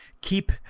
Keep